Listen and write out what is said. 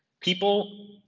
people